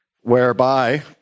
whereby